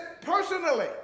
personally